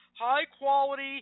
high-quality